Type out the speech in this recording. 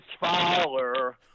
Fowler